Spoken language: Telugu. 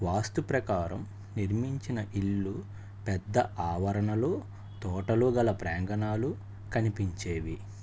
వాస్తు ప్రకారం నిర్మించిన ఇళ్ళు పెద్ద ఆవరణలు తోటలు గల ప్రాంగణాలు కనిపించేవి